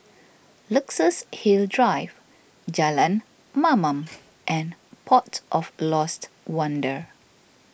Luxus Hill Drive Jalan Mamam and Port of Lost Wonder